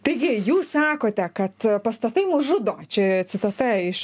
taigi jūs sakote kad pastatai mus žudo čia citata iš